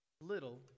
little